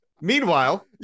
Meanwhile